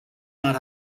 not